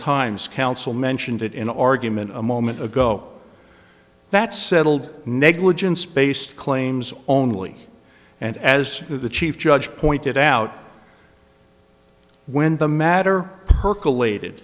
times counsel mentioned it in argument a moment ago that's settled negligence based claims only and as the chief judge pointed out when the matter percolated